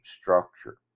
structure